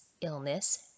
illness